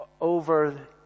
over